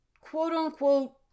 quote-unquote